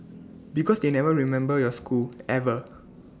because they never remember your school ever